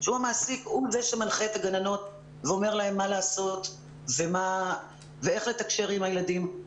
הוא זה שמנחה את הגננות ואומר להן מה לעשות ואיך לתקשר עם הילדים.